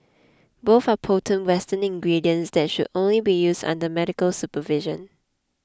both are potent western ingredients that should only be used under medical supervision